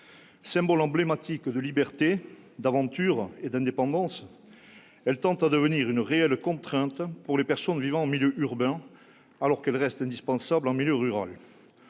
Symbole emblématique de liberté, d'aventure et d'indépendance, la voiture tend à devenir une réelle contrainte pour les personnes vivant en milieu urbain, alors qu'elle reste indispensable en milieu rural.